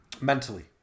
Mentally